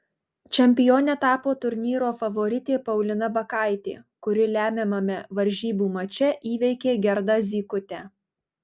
čempione tapo turnyro favoritė paulina bakaitė kuri lemiamame varžybų mače įveikė gerdą zykutę